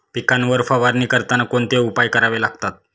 पिकांवर फवारणी करताना कोणते उपाय करावे लागतात?